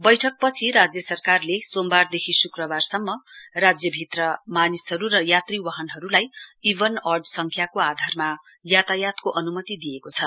बैठकपछि राज्य सरकारले सोमबारदेखि श्क्रबारसम्म राज्यभित्र मानिसहरू र यात्रीवाहनहरूलाई ईभन अङ् संख्याको आधारमा यातायातको अनुमति दिएको छ